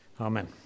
Amen